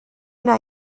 wna